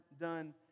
done